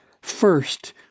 First